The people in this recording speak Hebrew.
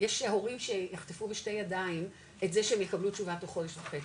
יש הורים שיחטפו בשתי ידיים את זה שהם יקבלו תשובה תוך חודש וחצי,